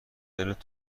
دلت